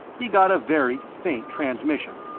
he got a very faint transmission,